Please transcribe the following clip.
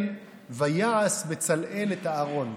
"ויעש בצלאל את הארֹן".